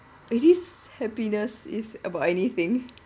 it is happiness it's about anything